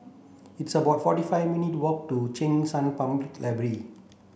it's about forty five minute walk to Cheng San Library